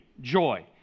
joy